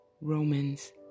Romans